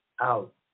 out